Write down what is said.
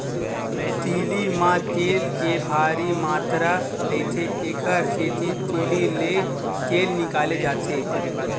तिली म तेल के भारी मातरा रहिथे, एकर सेती तिली ले तेल निकाले जाथे